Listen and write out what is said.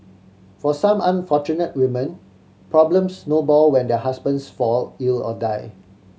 for some unfortunate women problems snowball when their husbands fall ill or die